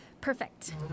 Perfect